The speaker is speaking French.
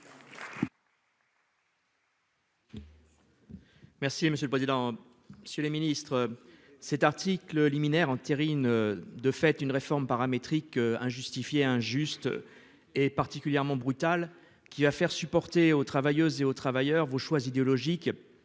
Merci monsieur le président. Monsieur le Ministre. Cet article liminaire entérine de fait une réforme paramétrique injustifiées et injustes. Et particulièrement brutal qui va faire supporter aux travailleuses et aux travailleurs vos choix idéologique.